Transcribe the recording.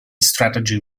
strategy